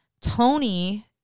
Tony